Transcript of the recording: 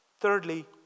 Thirdly